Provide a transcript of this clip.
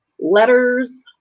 letters